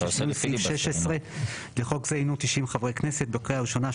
סעיף 16 לחוק זה הינו 90 חברי כנסת בקריאה ראשונה,